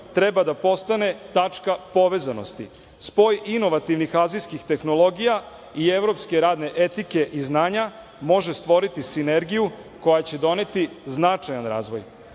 treba da postane tačka povezanosti. Spoj inovativnih azijskih tehnologija i evropske radne etike i znanja može stvoriti sinergiju koja će doneti značajan razvoj.